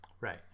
Right